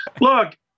Look